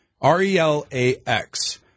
R-E-L-A-X